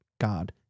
God